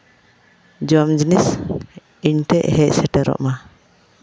ᱡᱚᱢ ᱡᱤᱱᱤᱥ ᱤᱧ ᱴᱷᱮᱱ ᱦᱮᱡ ᱥᱮᱴᱮᱨᱚᱜ ᱢᱟ